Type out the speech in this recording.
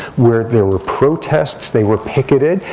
where there were protests. they were picketed,